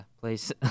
place